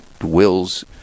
wills